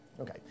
Okay